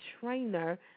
trainer